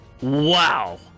Wow